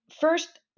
First